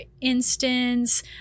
instance